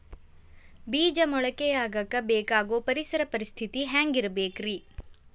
ಬೇಜ ಮೊಳಕೆಯಾಗಕ ಬೇಕಾಗೋ ಪರಿಸರ ಪರಿಸ್ಥಿತಿ ಹ್ಯಾಂಗಿರಬೇಕರೇ?